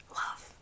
love